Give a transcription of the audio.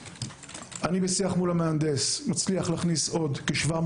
בשיח מול המהנדס הצלחתי להכניס עוד כ-700